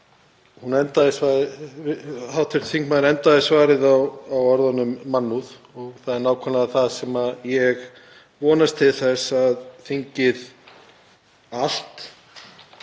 Hv. þingmaður endaði svarið á orðinu mannúð og það er nákvæmlega það sem ég vonast til þess að þingið allt,